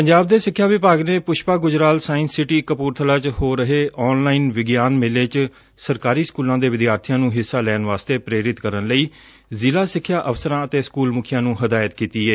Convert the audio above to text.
ਪੰਜਾਬ ਦੇ ਸਿੱਖਿਆ ਵਿਭਾਗ ਨੇ ਪੁਸ਼ਪਾ ਗੁਜਰਾਲ ਸਾਇੰਸ ਸਿਟੀ ਕਪੁਰਬਲਾ ਚ ਹੋ ਰਹੀ ਆਨਲਾਈਨ ਵਿਗਿਆਨ ਮੇਲੇ ਚ ਸਰਕਾਰੀ ਸਕੁਲਾਂ ਦੇ ਵਿਦਿਆਰਥੀਆਂ ਨੂੰ ਹਿੱਸਾ ਲੈਣ ਵਾਸਤੇ ਪ੍ਰੇਰਿਤ ਕਰਨ ਲਈ ਜ਼ਿਲਾ ਸਿੱਖਿਆ ਅਫ਼ਸਰਾਂ ਅਤੇ ਸਕੁਲ ਮੁਖੀਆਂ ਨੰ ਹਦਾਇਤ ਕੀਤੀ ਏ